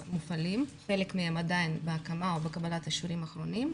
חלק מהם עדיין בהקמה, או בקבלת אישורים אחרונים,